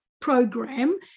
program